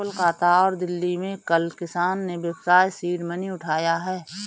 कोलकाता और दिल्ली में कल किसान ने व्यवसाय सीड मनी उठाया है